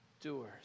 doers